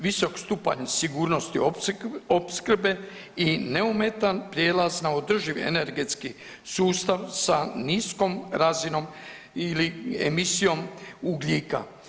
Visok stupanj sigurnosti opskrbe i neometan prijelaz na održiv energetski sustav sa niskom razinom ili emisijom ugljika.